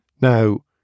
Now